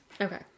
Okay